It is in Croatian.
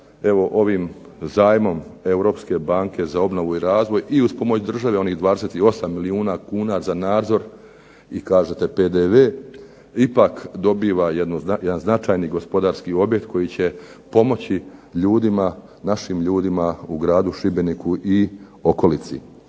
ovim zajmom Europske banke za obnovu i razvoj, i uz pomoć države onih 28 milijuna kuna za nadzor i kažete PDV, ipak dobiva jedan značajni gospodarski objekt koji će pomoći ljudima, našim ljudima u gradu Šibeniku i okolici.